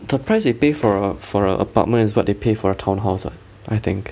the price you pay for a for a apartment is what they pay for a townhouse what I think